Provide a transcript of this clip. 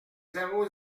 zéro